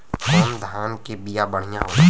कौन धान के बिया बढ़ियां होला?